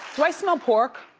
do i smell pork?